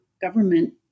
government